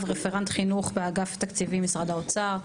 רפרנט חינוך באגף תקציבים משרד האוצר,